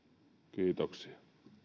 kiitoksia